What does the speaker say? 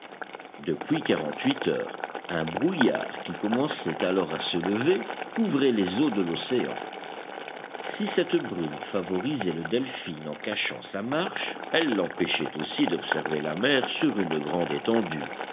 depuis quarante huit heures un brouillard qui commençait alors à se lever couvrait les eaux de l'océan si cette brume favorisait le delphin en cachant sa marche elle l'empêchait aussi d'observer la mer sur une grande étendue